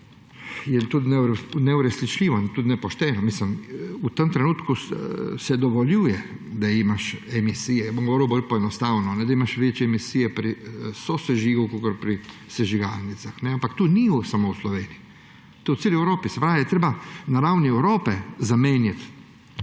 je neuresničljivo in tudi nepošteno. V tem trenutku se dovoljuje, da imaš emisije – bom govoril bolj poenostavljeno –, da imaš večje emisije pri sosežigu kot pri sežigalnicah. Ampak tako ni samo v Sloveniji, tako je v celi Evropi. Se pravi, je treba na ravni Evrope zamenjati